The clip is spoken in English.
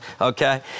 okay